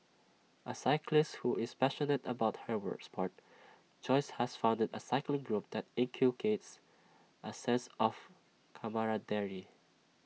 A cyclist who is passionate about her were Sport Joyce has founded A cycling group that inculcates A sense of camaraderie